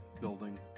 building